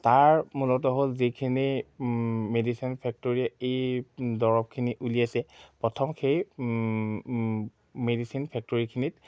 তাৰ মূলতঃ হ'ল যিখিনি মেডিচিন ফেক্টৰী এই দৰৱখিনি উলিয়াইছে প্ৰথম সেই মেডিচিন ফেক্টৰীখিনিত